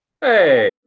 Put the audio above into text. Hey